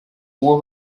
uwo